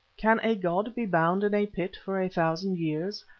can a god be bound in a pit for a thousand years,